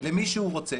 למי שהוא רוצה